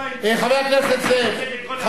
השר בגין לא,